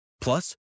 Plus